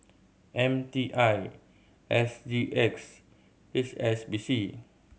M T I S G X and H S B C